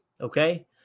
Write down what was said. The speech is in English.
okay